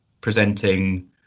presenting